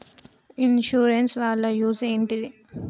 Insurance వాళ్ల use ఏంటిది?